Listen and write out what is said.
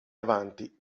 avanti